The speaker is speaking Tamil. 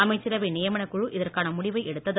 அமைச்சரவை நியமனக் குழு இதற்கான முடிவை எடுத்தது